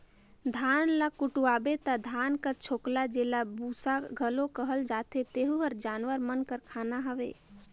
धान ल कुटवाबे ता धान कर छोकला जेला बूसा घलो कहल जाथे तेहू हर जानवर मन कर खाना हवे